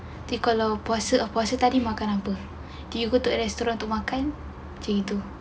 nanti kalau puasa puasa tadi makan apa did you go to restaurant to makan macam itu